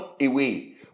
away